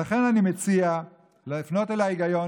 ולכן אני מציע לפנות אל ההיגיון,